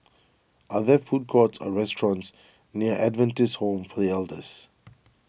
are there food courts or restaurants near Adventist Home for the Elders